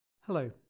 Hello